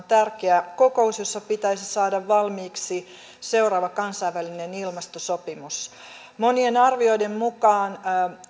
tärkeä kokous jossa pitäisi saada valmiiksi seuraava kansainvälinen ilmastosopimus monien arvioiden mukaan